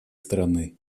страны